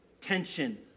tension